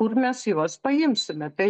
kur mes juos paimsime tai